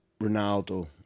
Ronaldo